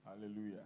Hallelujah